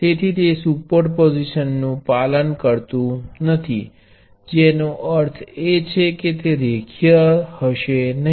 તેથી તે સુપરપોઝિશન નું પાલન કરતું નથી જેનો અર્થએ છે કે તે રેખીય નથી